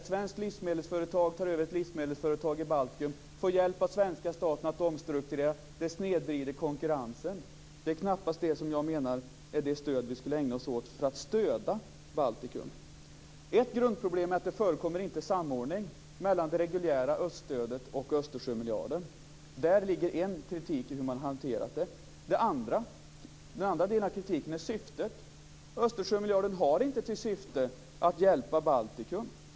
Ett svenskt livsmedelsföretag tar över ett livsmedelsföretag i Baltikum, och får hjälp av svenska staten att omstrukturera. Det snedvrider konkurrensen. Det är knappast vad jag menar är det stöd vi skulle ägna oss åt för att stödja Baltikum. Ett grundproblem är att det inte förekommer någon samordning mellan det reguljära öststödet och Östersjömiljarden. Där ligger en del av kritiken för hur man hanterat detta. Den andra delen av kritiken gäller syftet. Östersjömiljarden har inte till syfte att hjälpa Baltikum.